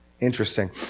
interesting